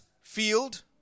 field